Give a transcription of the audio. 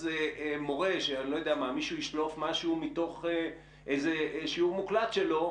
מורה שמישהו ישלוף משהו מתוך איזה שהוא שיעור מוקלט שלו,